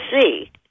see